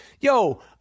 Yo